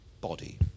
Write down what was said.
body